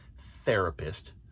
therapist